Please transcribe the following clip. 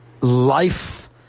life